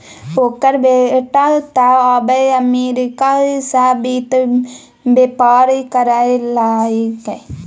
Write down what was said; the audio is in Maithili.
ओकर बेटा तँ आब अमरीका सँ वित्त बेपार करय लागलै